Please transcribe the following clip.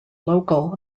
local